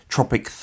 Tropic